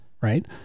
Right